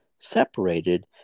separated